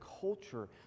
culture